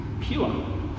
pure